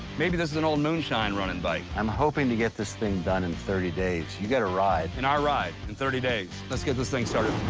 maybe this is an old moonshine running bike. i'm hoping to get this thing done in thirty days. you got a ride. in our ride in thirty days? let's get this thing started.